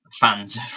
fans